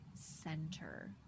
center